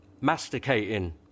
Masticating